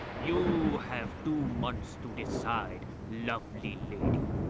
you have two months to decide, lovely lady.